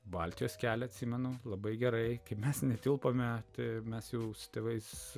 baltijos kelią atsimenu labai gerai kai mes netilpome tai mes jau su tėvais